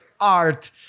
art